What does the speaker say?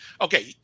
Okay